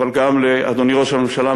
אבל גם לאדוני ראש הממשלה,